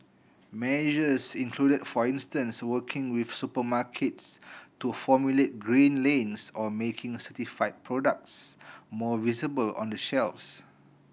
measures include for instance working with supermarkets to formulate green lanes or making certified products more visible on the shelves